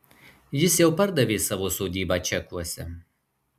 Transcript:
jis jau pardavė savo sodybą čekuose